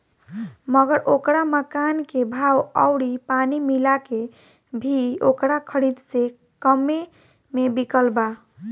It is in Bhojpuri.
मगर ओकरा मकान के भाव अउरी पानी मिला के भी ओकरा खरीद से कम्मे मे बिकल बा